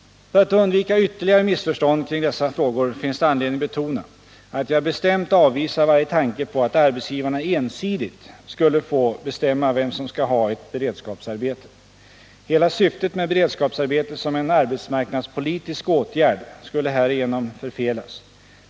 För att undvika ytterligare missförstånd kring dessa frågor finns det anledning betona, att jag bestämt avvisar varje tanke på att arbetsgivarna ensidigt skulle få bestämma vem som skall ha ett beredskapsarbete. Hela syftet med beredskapsarbetet som en arbetsmarknadspolitisk åtgärd skulle härigenom förfelas.